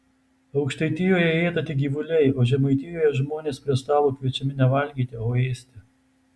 aukštaitijoje ėda tik gyvuliai o žemaitijoje žmonės prie stalo kviečiami ne valgyti o ėsti